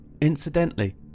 Incidentally